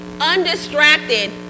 undistracted